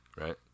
Right